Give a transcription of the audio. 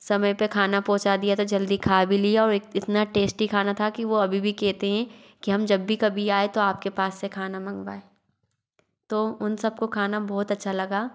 समय पर खाना पहुंचा दिया था जल्दी खा भी लिया और इ इतना टेस्टी खाना था कि वो अभी भी कहते हें कि हम जब भी कभी आए तो आप के पास से खाना मंगवाए तो उन सब को खाना बहुत अच्छा लगा